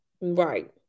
right